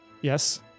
yes